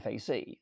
FAC